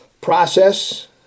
process